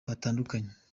batandukanye